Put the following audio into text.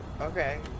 okay